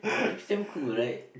the lips damn cool right